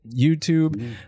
YouTube